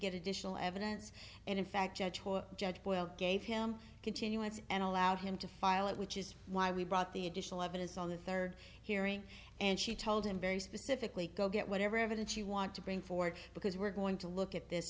get additional evidence and in fact judge judge boyle gave him a continuance and allowed him to file it which is why we brought the additional evidence on the third hearing and she told him very specifically go get whatever evidence you want to bring forward because we're going to look at this